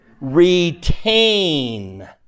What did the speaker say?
retain